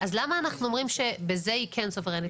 אז למה אנחנו אומרים שבזה היא כן סוברנית